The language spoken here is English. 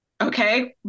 okay